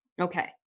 okay